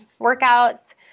workouts